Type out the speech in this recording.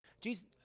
Jesus